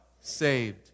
Saved